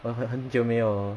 我很很久没有